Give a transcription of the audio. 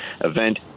event